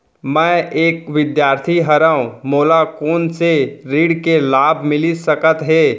मैं एक विद्यार्थी हरव, मोला कोन से ऋण के लाभ मिलिस सकत हे?